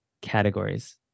categories